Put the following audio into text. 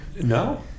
no